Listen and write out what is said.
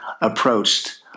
approached